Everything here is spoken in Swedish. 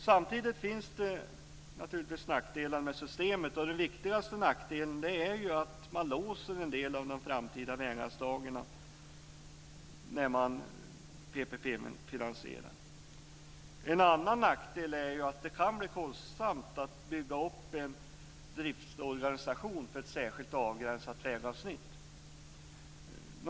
Samtidigt finns det naturligtvis nackdelar med systemet, och den viktigaste nackdelen är ju att man låser en del av de framtida väganslagen när man PPP-finansierar. En annan nackdel är att det kan bli kostsamt att bygga upp en driftorganisation för ett särskilt avgränsat vägavsnitt.